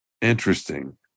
interesting